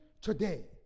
today